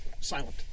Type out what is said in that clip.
silent